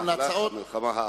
במהלך המלחמה האחרונה.